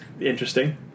interesting